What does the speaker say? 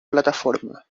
plataforma